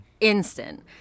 Instant